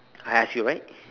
I ask you right